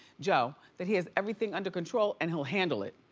joe, that he has everything under control and he'll handle it.